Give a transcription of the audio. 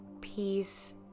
peace